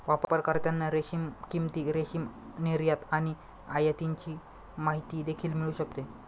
वापरकर्त्यांना रेशीम किंमती, रेशीम निर्यात आणि आयातीची माहिती देखील मिळू शकते